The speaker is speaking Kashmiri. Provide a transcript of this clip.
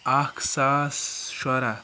اَکھ ساس شُراہ